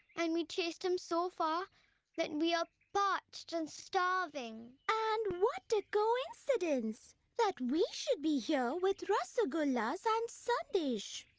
and we chased him so far that we are parched and starving. and what a coincidence that we should be here with rasagollas and sandesh.